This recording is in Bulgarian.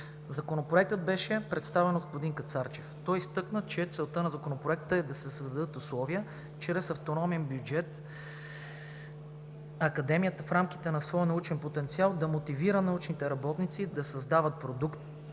Законопроектът беше представен от господин Кацарчев. Той изтъкна, че целта на Законопроекта е да се създадат условия чрез автономен бюджет Академията в рамките на своя научен потенциал да мотивира научните работници да създават продукт,